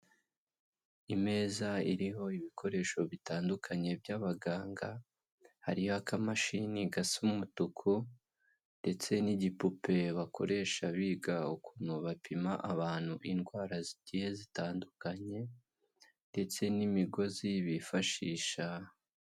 Imeza iriho ibikoresho bitandukanye by'abaganga, hariho akamashini gasa umutuku ndetse n'igipupe bakoresha biga ukuntu bapima abantu indwara zigiye zitandukanye ndetse n'imigozi bifashisha.